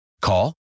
Call